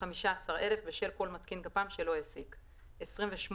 15,000 בשל כל מתקין גפ"מ שלא העסיק; (28)